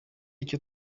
icyo